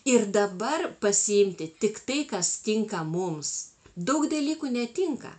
ir dabar pasiimti tik tai kas tinka mums daug dalykų netinka